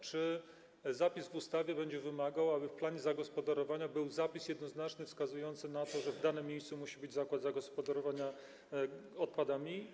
Czy zapis w ustawie będzie wymagał, aby w planie zagospodarowania był zapis jednoznacznie wskazujący na to, że w danym miejscu musi być zakład zagospodarowania odpadów?